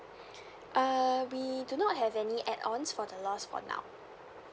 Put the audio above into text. uh we do not have any add ons for the loss for now